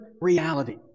reality